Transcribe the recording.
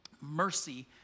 mercy